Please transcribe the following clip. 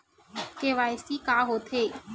KYC का होथे?